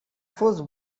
force